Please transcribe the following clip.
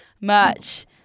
merch